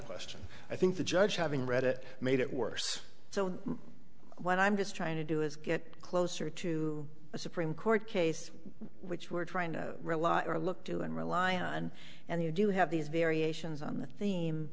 question i think the judge having read it made it worse so what i'm just trying to do is get closer to a supreme court case which we're trying to rely on to look to and rely on and you do have these variations on the theme